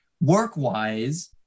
work-wise